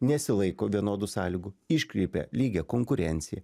nesilaiko vienodų sąlygų iškreipia lygią konkurenciją